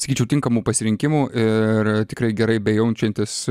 sakyčiau tinkamu pasirinkimu ir tikrai gerai bejaučiantis